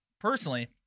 personally